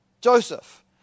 Joseph